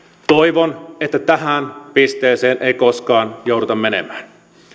toivon että tähän pisteeseen ei koskaan jouduta menemään